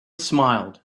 smiled